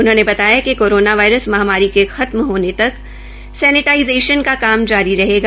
उन्होंने बताया कि कोरोना वायरस महामारी के खत्म होने तक सेनेटाइजेंशन का काम जारी रहेगा